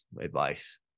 advice